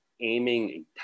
aiming